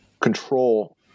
control